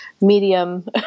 medium